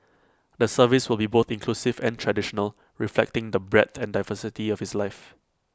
the service will be both inclusive and traditional reflecting the breadth and diversity of his life